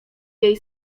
jej